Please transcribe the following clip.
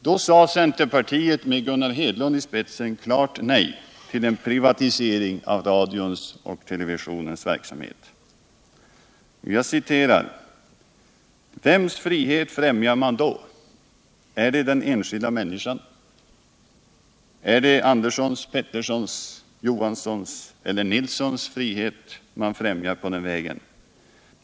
Då sade centerpartiet med Gunnar Hedlund i spetsen klart nej till en privatisering av radions och televisionens verksamhet: ”Vems frihet främjar man då? Är det den enskilda människans? Är det Anderssons, Petterssons, Johanssons eller Nilssons frihet man främjar på den vägen?